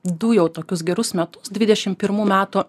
du jau tokius gerus metus dvidešim pirmų metų